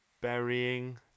burying